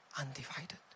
Undivided